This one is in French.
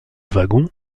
wagons